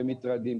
ומטרדים,